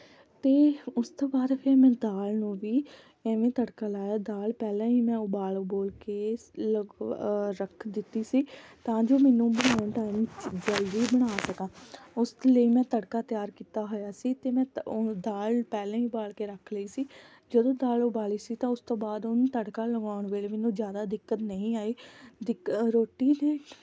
ਅਤੇ ਉਸ ਤੋਂ ਬਾਅਦ ਫਿਰ ਮੈਂ ਦਾਲ ਨੂੰ ਵੀ ਐਵੇਂ ਤੜਕਾ ਲਾਇਆ ਦਾਲ ਪਹਿਲਾਂ ਹੀ ਮੈਂ ਉਬਾਲ ਉਬੋਲ ਕੇ ਰੱਖ ਦਿੱਤੀ ਸੀ ਤਾਂ ਜੋ ਮੈਨੂੰ ਬਣਾਉਣ ਟਾਈਮ ਜਲਦੀ ਬਣਾ ਸਕਾਂ ਉਸ ਲਈ ਮੈਂ ਤੜਕਾ ਤਿਆਰ ਕੀਤਾ ਹੋਇਆ ਸੀ ਅਤੇ ਮੈਂ ਉਹ ਦਾਲ ਪਹਿਲਾਂ ਹੀ ਉਬਾਲ ਕੇ ਰੱਖ ਲਈ ਸੀ ਜਦੋਂ ਦਾਲ ਉਬਾਲੀ ਸੀ ਤਾਂ ਉਸ ਤੋਂ ਬਾਅਦ ਉਹਨੂੰ ਤੜਕਾ ਲਗਾਉਣ ਵੇਲੇ ਮੈਨੂੰ ਜ਼ਿਆਦਾ ਦਿੱਕਤ ਨਹੀਂ ਆਈ ਦਿੱਕਤ ਰੋਟੀ ਨੇ